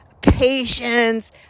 patience